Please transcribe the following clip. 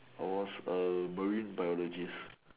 I was a marine biologist